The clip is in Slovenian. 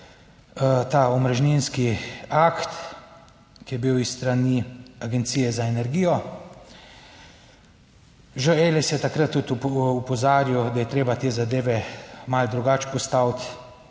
ta omrežninski akt, ki je bil s strani Agencije za energijo. Že Eles je takrat tudi opozarjal, da je treba te zadeve malo drugače postaviti.